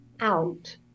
out